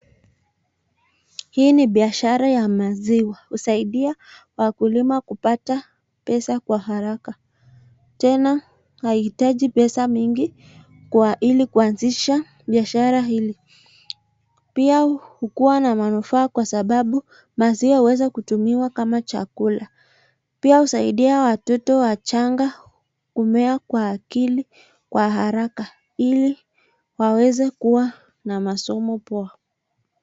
Hii ni biashara ya maziwa, husaidia wakulima kupata pesa kwa haraka. Tena hahitaji pesa mingi ili kuanzisha biashara hili. Pia hukua na manufaa kwa sababu, maziwa hutumiwa kama chakula. Pia husaidia watoto wachanga kumea kwa akili kwa haraka ili waweze kuwa na masomo poa.